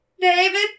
David